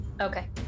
Okay